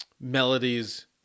melodies